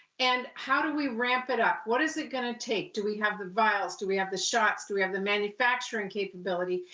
and how do we ramp it up? what is it going the take? do we have the vials? do we have the shots? do we have the manufacturing capability?